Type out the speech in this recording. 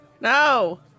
No